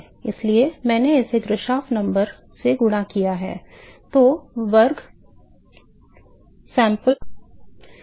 इसलिए मैंने इसे ग्राशोफ संख्या से गुणा किया